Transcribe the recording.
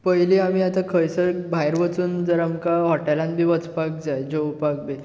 पयलीं आमी आतां खंयसर भायर सरून जर आमकां हॉटेलांत बी वचपाक जाय जेवपाक बी